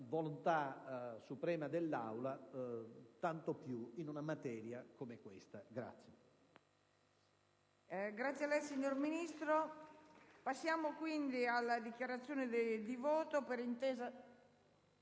volontà suprema dell'Aula, tanto più in una materia come questa.